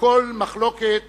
שכל מחלוקת